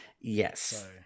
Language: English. Yes